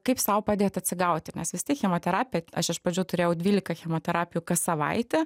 kaip sau padėt atsigauti nes vis tiek chemoterapija aš iš pradžių turėjau dvylika chemoterapijų kas savaitę